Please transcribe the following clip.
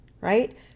right